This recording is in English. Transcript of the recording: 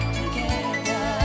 together